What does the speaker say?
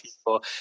people